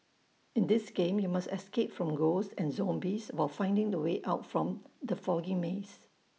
in this game you must escape from ghosts and zombies while finding the way out from the foggy maze